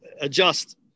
adjust